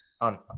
on